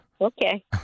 Okay